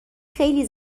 خیلی